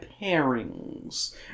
pairings